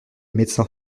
médecins